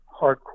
hardcore